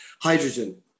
hydrogen